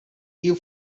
you